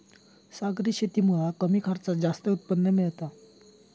सागरी शेतीमुळा कमी खर्चात जास्त उत्पन्न मिळता